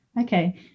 okay